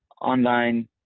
online